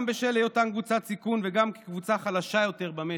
בשל היותם גם קבוצת סיכון וגם קבוצה חלשה יותר במשק.